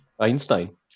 Einstein